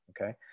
okay